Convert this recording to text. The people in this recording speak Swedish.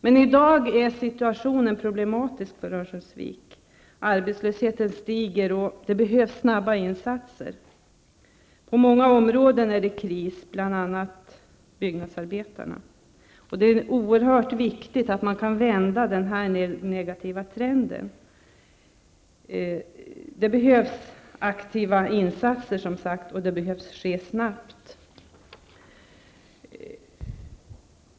Men i dag är situationen problematisk för Örnsköldsvik. Arbetslösheten stiger, och det behövs snabba insatser. Det är kris på många områden, bl.a. för byggnadsarbetarna, och det är oerhört viktigt att man kan vända den nu negativa trenden. Det behövs som sagt aktiva insatser, och de behöver sättas in snabbt.